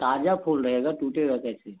ताज़ा फूल रहेगा टूटेगा कैसे